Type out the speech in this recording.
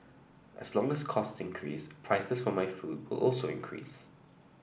as long as cost increase prices for my food will also increase